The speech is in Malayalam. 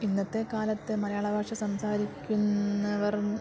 ഇന്നത്തെ കാലത്ത് മലയാള ഭാഷ സംസാരിക്കുന്നവർ